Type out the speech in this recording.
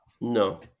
No